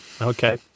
Okay